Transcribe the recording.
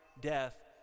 death